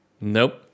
Nope